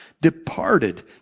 departed